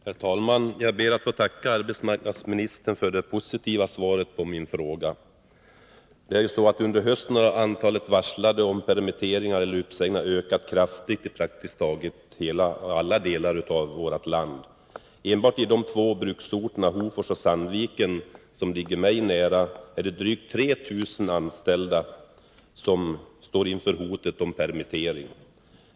Herr talman! Jag ber att få tacka arbetsmarknadsministern för det positiva svaret på min fråga. Under hösten har antalet varsel om permittering eller uppsägning ökat kraftigt i praktiskt taget alla delar av vårt land. Enbart i de två bruksorterna Hofors och Sandviken, som ligger mig nära, står drygt 3 000 anställda inför hotet om permittering.